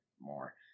more